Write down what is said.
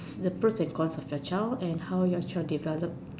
the pros and cons of your child and how your child develop